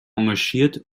engagiert